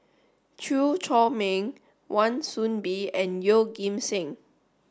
Chew Chor Meng Wan Soon Bee and Yeoh Ghim Seng